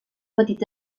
petit